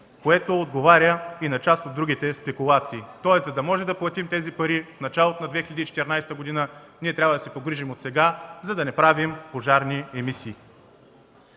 което отговаря на част от другите спекулации. Следователно, за да платим тези пари в началото на 2014 г., трябва да се погрижим отсега, за да не правим пожарни емисии.